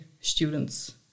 students